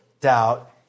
doubt